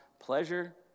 pleasure